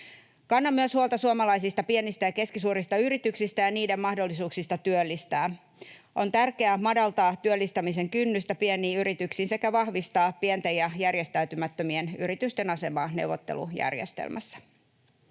Kannan huolta myös suomalaisista pienistä ja keskisuurista yrityksistä ja niiden mahdollisuuksista työllistää. On tärkeää madaltaa työllistämisen kynnystä pieniin yrityksiin sekä vahvistaa pienten ja järjestäytymättömien yritysten asemaa neuvottelujärjestelmässä.